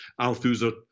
Althusser